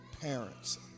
parents